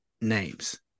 names